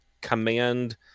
command